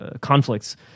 conflicts